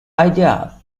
idea